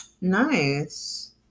Nice